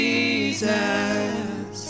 Jesus